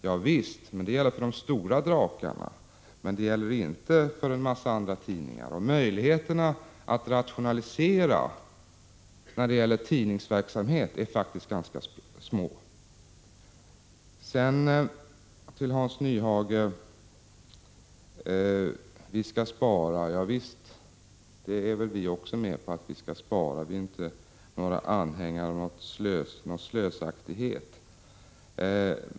Javisst — det gäller för de stora drakarna. Men det gäller inte för en mängd andra tidningar. Och möjligheterna att rationalisera när det gäller tidningsverksamhet är faktiskt ganska små. Hans Nyhage säger att vi skall spara. Javisst, vi är väl också med på att vi skall spara. Vi är inte anhängare av någon slösaktighet.